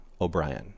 O'Brien